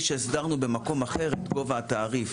שהסדרנו במקום אחר את גובה התעריף.